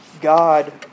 God